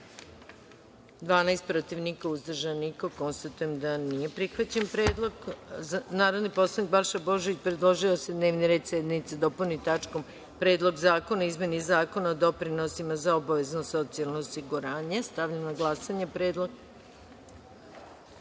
12, protiv – niko, uzdržanih – nema. Konstatujem da nije prihvaćen predlog. Narodni poslanik Balša Božović predložio je da se dnevni red sednice dopuni tačkom – Predlog zakona o izmeni Zakona o doprinosima za obavezno socijalno osiguranje. Stavljam na glasanje